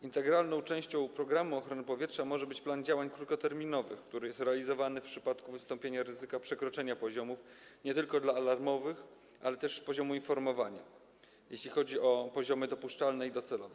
Integralną częścią programu ochrony powietrza może być plan działań krótkoterminowych, który jest realizowany w przypadku wystąpienia ryzyka przekroczenia nie tylko poziomów alarmowych, ale też poziomu informowania, jeśli chodzi o poziomy dopuszczalne i docelowe.